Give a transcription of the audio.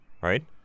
right